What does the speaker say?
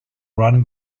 run